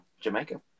Jamaica